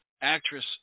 actress